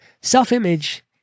Self-image